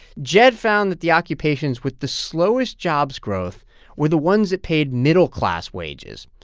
jed found that the occupations with the slowest jobs growth were the ones that paid middle-class wages.